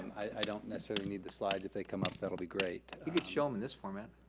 i don't necessarily need the slides. if they come up, that'll be great. you could show em in this format.